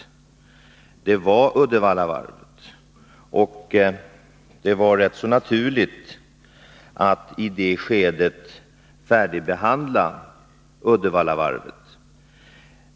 Det var rätt så naturligt att i det skedet färdigbehandla Uddevallavarvet.